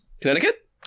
Connecticut